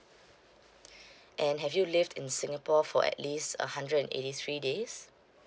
and have you lived in singapore for at least a hundred and eighty three days